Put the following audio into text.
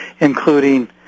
including